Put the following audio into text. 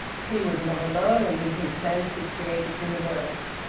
he was not alone in his fancy-created universe.